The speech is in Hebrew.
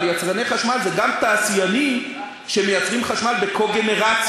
אבל יצרני חשמל הם גם תעשיינים שמייצרים חשמל בקו-גנרציה,